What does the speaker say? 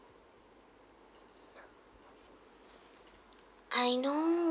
I know